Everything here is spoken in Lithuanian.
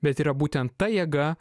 bet yra būtent ta jėga